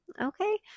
Okay